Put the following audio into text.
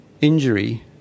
injury